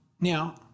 Now